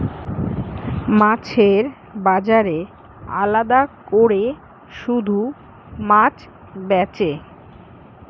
মাছের বাজারে আলাদা কোরে শুধু মাছ বেচে